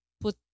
put